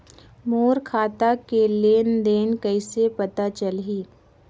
मोर खाता के लेन देन कइसे पता चलही?